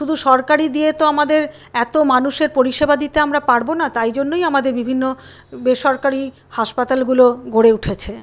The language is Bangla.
শুধু সরকারি দিয়ে তো আমাদের এত মানুষের পরিষেবা দিতে পারব না তাই জন্যই আমাদের বিভিন্ন বেসরকারি হাসপাতালগুলো গড়ে উঠেছে